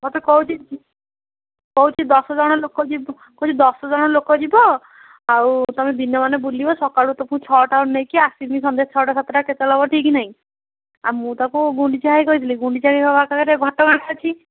ମୋତେ କହୁଛି କହୁଛି ଦଶଜଣ ଲୋକ ଯିବ କହୁଛି ଦଶଜଣ ଲୋକଯିବ ଆଉ ତମେ ଦିନମାନ ବୁଲିବ ସକାଳ ତମକୁ ଛଅଟାରୁ ନେଇକି ଆସିମି ସନ୍ଧ୍ୟା ଛଅଟା ସାତଟା କେତେବେଳ ହେବ ଠିକ୍ ନାଇ ଆ ମୁ ତାକୁ ଗୁଣ୍ଡିଚାଘାଇ କହିଥିଲି ଗୁଣ୍ଡିଚାଘାଇ ହବା ସାଙ୍ଗରେ ଘଟଗାଁ ସେଠି